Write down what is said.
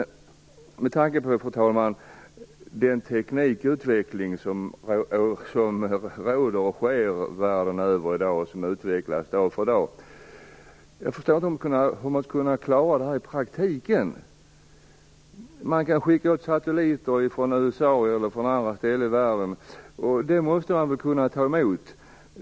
Med tanke på den teknikutveckling som sker världen över och som ökar dag för dag förstår jag inte hur man skall kunna klara detta i praktiken. Man kan ju skicka upp satelliter från USA eller från andra ställen i världen, och deras sändningar måste man kunna ta emot.